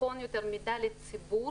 ונכון יותר מידע לציבור